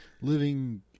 living